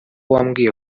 wambwiye